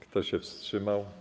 Kto się wstrzymał?